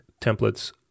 templates